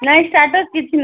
ନାହିଁ ଷ୍ଟାଟର୍ କିଛି